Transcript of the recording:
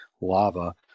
lava